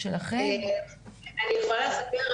אני יכולה לספר,